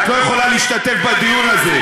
את לא יכולה להשתתף בדיון הזה.